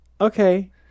Okay